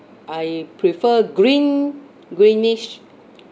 I prefer green greenish